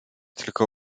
tylko